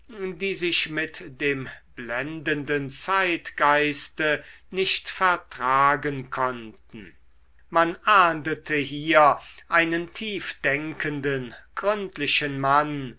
die sich mit dem blendenden zeitgeiste nicht vertragen konnten man ahndete hier einen tiefdenkenden gründlichen mann